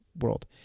world